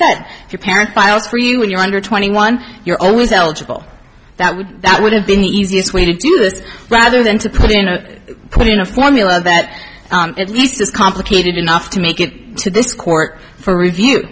if your parent files for you when you're under twenty one you're always eligible that would that would have been the easiest way to do this rather than to put in a put in a formula that at least is complicated enough to make it to this court for review